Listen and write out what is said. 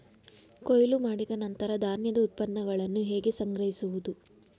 ಕೊಯ್ಲು ಮಾಡಿದ ನಂತರ ಧಾನ್ಯದ ಉತ್ಪನ್ನಗಳನ್ನು ಹೇಗೆ ಸಂಗ್ರಹಿಸುವುದು?